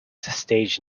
stage